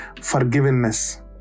forgiveness